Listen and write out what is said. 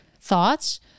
thoughts